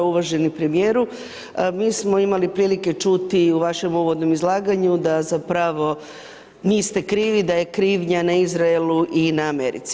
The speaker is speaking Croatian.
Uvaženi premijeru, mi smo imali prilike čuti u vašem uvodnom izlaganju da zapravo niste krivi, da je krivnja na Izraelu i na Americi.